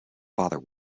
father